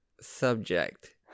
subject